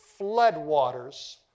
floodwaters